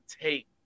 take